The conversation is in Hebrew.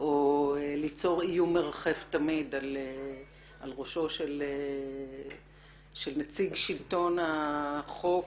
או ליצור איום מרחף תמיד על ראשו של נציג שלטון החוק,